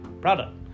product